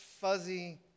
fuzzy